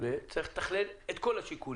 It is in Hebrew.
סוגיה של גבולות, וצריך לתכלל את כל השיקולים.